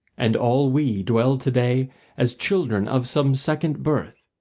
and all we dwell to-day as children of some second birth,